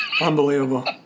Unbelievable